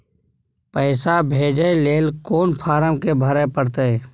पैसा भेजय लेल कोन फारम के भरय परतै?